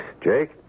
Jake